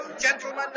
gentlemen